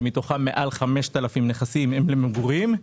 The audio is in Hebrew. שמתוכם מעל 5,000 נכסים הם למגורים.